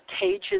Cages